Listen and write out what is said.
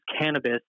cannabis